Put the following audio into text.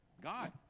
God